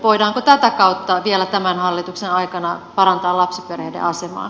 voidaanko tätä kautta vielä tämän hallituksen aikana parantaa lapsiperheiden asemaa